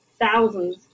thousands